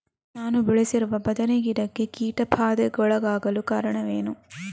ನಾನು ಬೆಳೆಸಿರುವ ಬದನೆ ಗಿಡಕ್ಕೆ ಕೀಟಬಾಧೆಗೊಳಗಾಗಲು ಕಾರಣವೇನು?